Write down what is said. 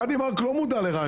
גדי מארק לא היה מודע לריימונד.